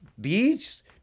beach